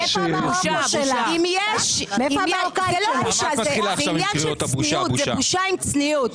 זה לא בושה, זה עניין של בושה עם צניעות.